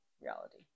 reality